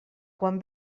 quan